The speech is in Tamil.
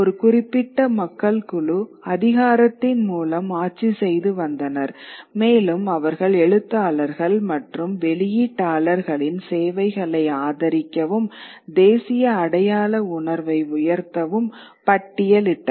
ஒரு குறிப்பிட்ட மக்கள் குழு அதிகாரத்தின் மூலம் ஆட்சி செய்து வந்தனர் மேலும் அவர்கள் எழுத்தாளர்கள் மற்றும் வெளியீட்டாளர்களின் சேவைகளை அதிகரிக்கவும் தேசிய அடையாள உணர்வை உயர்த்தவும் பட்டியலிட்டனர்